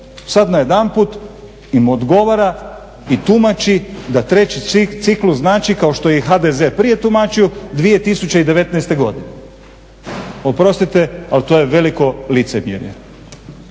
Sada najedanput im odgovora i tumači da treći ciklus znači kao što je i HDZ prije tumačio 2019.godine. oprostiti ali to je veliko licemjerje.